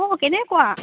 অঁ কেনেকুৱা